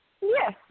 Yes